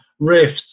riffs